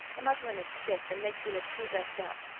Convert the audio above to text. the muslin is stiff, and makes you look too dressed up.